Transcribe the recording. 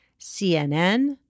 CNN